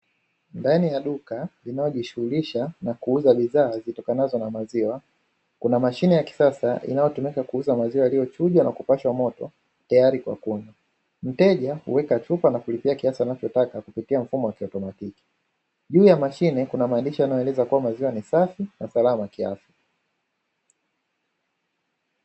Ndani ya duka linalo jishughurisha na kuuza bidhaa zitokanazo na maziwa kuna mashine ya kisasa inayotumika kuuza maziwa yaliyo chujwa na kupashwa moto tayari kwa kunywa mteja huweka chupa na kulipia kiasi anachotaka kupitia mfumo wa kiautomatiki, juu ya mashine kuna maandishi yanayo eleza kua maziwa ni safi na salama kiafya.